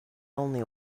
only